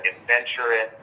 adventurous